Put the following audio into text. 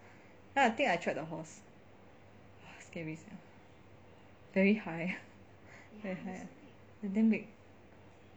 then I think I tried the horse !wah! scare me sia very high they are damn big